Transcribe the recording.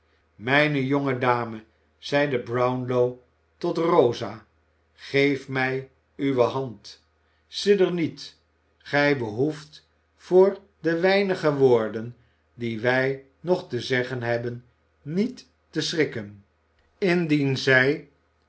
mijne jonge dame zeide brownlow tot rosa geef mij uwe hand sidder niet gij behoeft voor de weinige woorden die wij nog te zeggen hebben niet te schrikken indien zij